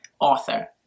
author